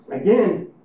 again